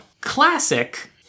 classic